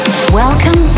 Welcome